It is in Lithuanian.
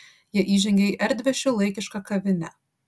jie įžengė į erdvią šiuolaikišką kavinę